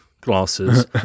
glasses